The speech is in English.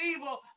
evil